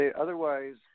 otherwise –